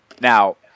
Now